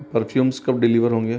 perfumes कब deliver होंगे